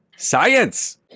Science